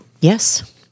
Yes